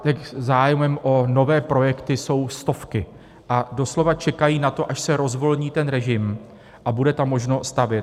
Těch se zájmem o nové projekty jsou stovky a doslova čekají na to, až se rozvolní ten režim a bude tam možnost stavět.